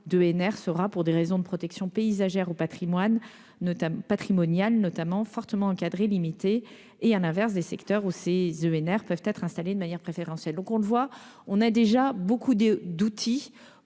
d'EnR sera, pour des raisons de protection paysagère ou patrimoniale, fortement encadrée et limitée et, à l'inverse, des secteurs où ces EnR peuvent être installées de manière préférentielle. Nous disposons déjà de beaucoup d'outils